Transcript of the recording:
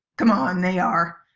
c'mon, they are!